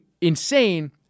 insane